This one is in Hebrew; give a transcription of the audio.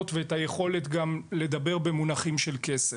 אני מתכוונת להמשיך להילחם על זה.